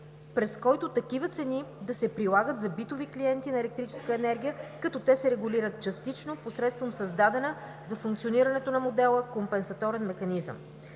през който такива цени да се прилагат за битови клиенти на електрическа енергия, като те се регулират частично посредством създадена за функционирането на модела компенсаторен механизъм.